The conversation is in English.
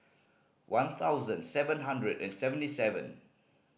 one thousand seven hundred and seventy seven